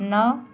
नौ